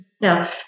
Now